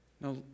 No